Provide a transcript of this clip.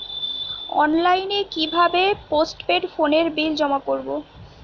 অনলাইনে কি ভাবে পোস্টপেড ফোনের বিল জমা করব?